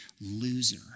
loser